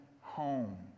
home